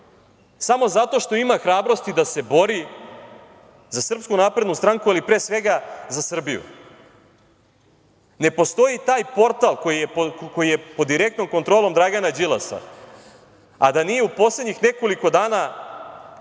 samo zato što ima hrabrosti da se bori za SNS, ali pre svega za Srbiju. Ne postoji taj portal koji je pod direktnom kontrolom Dragana Đilasa, a da nije u poslednjih nekoliko dana